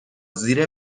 زیر